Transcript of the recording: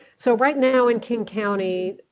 so right now in king county,